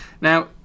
Now